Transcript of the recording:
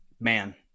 Man